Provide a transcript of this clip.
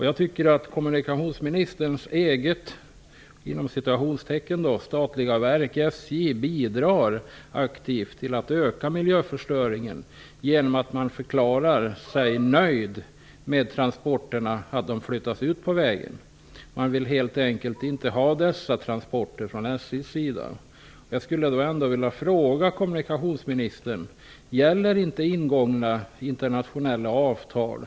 Jag tycker att kommunikationsministerns ''eget'' statliga verk, SJ, aktivt bidrar till att öka miljöförstöringen genom att man förklarar sig nöjd med att transporterna flyttas ut på vägen. SJ vill helt enkelt inte ha dessa transporter. Jag skulle ändå vilja fråga kommunikationsministern om inte ingångna internationella avtal gäller.